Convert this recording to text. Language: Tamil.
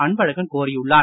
அன்பழகன் கோரியுள்ளார்